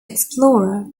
explorer